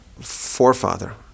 Forefather